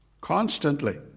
constantly